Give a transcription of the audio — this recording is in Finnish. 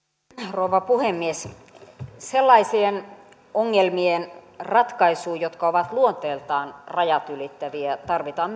rouva puhemies sellaisten ongelmien ratkaisuun jotka ovat luonteeltaan rajat ylittäviä tarvitaan